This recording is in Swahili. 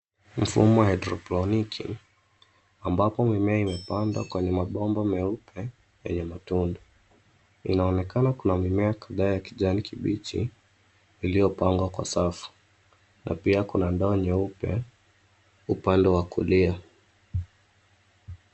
Mfumo wa haidroponiki, ambapo mimea imepandwa kwenye mabomba meupe, yenye matunda. Inaonekana kuna mimea kadhaa ya kijani kibichi, iliyopangwa kwa safu. Na pia kuna ndoo nyeupe, upande wa kulia.